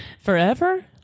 forever